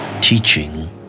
teaching